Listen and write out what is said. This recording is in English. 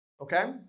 okay